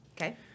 Okay